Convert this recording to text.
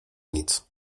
nic